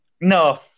no